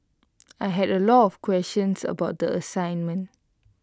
I had A lot of questions about the assignment